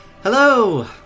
Hello